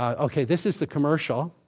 ok, this is the commercial.